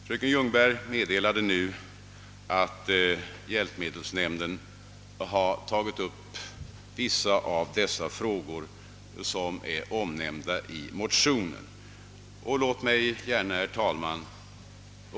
Fröken Ljungberg meddelar nu att hjälpmedelsnämnden har tagit upp vissa av de frågor som omnämnts i motionen, Herr talman!